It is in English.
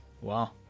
Wow